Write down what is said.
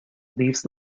leaves